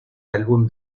álbum